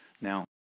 Now